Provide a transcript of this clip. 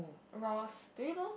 Rozz do you know